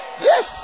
Yes